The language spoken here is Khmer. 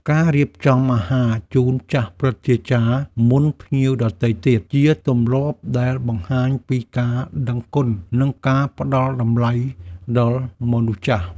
ការរៀបចំអាហារជូនចាស់ព្រឹទ្ធាចារ្យមុនភ្ញៀវដទៃទៀត ជាទម្លាប់ដែលបង្ហាញពីការដឹងគុណនិងការផ្ដល់តម្លៃដល់មនុស្សចាស់។